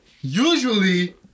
usually